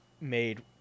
made